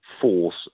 force